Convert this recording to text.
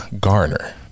garner